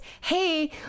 Hey